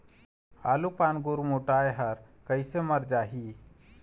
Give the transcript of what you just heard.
आलू पान गुरमुटाए हर कइसे मर जाही?